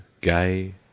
gay